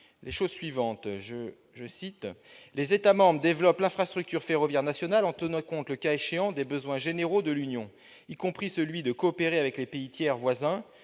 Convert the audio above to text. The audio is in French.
8, cette directive dispose :« Les États membres développent l'infrastructure ferroviaire nationale en tenant compte, le cas échéant, des besoins généraux de l'Union, y compris celui de coopérer avec les pays tiers voisins.